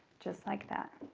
just like that.